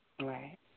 Right